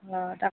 অঁ তাকে